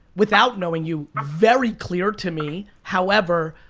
without knowing you, very clear to me. however,